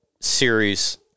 series